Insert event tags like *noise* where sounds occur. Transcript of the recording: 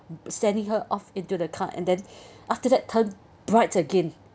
sending her off into the car and then *breath* after that turn bright again